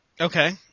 Okay